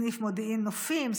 סניף מודיעין נופים,